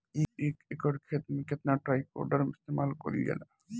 एक एकड़ खेत में कितना ट्राइकोडर्मा इस्तेमाल कईल जाला?